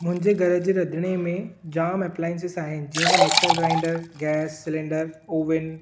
मुंहिंजे घर जे रंधिणे में जाम अपलाइंसिस आहिनि जीअं त mixer grinder gas cylinder Owen